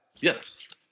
Yes